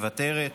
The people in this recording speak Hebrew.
מוותרת.